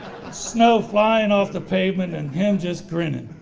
snow flying off the pavement and him just grinning